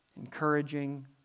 Encouraging